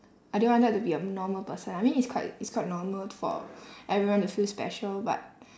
I didn't wanted to be a normal person I mean it's quite it's quite normal for everyone to feel special but